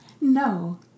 no